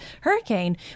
hurricane